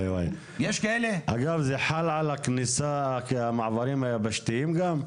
זה חל גם על המעברים היבשתיים?